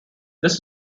this